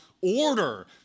order